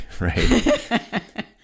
right